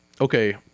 okay